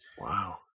Wow